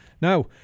now